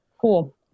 Cool